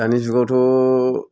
दानि जुगावथ'